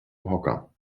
hocker